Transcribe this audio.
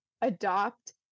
adopt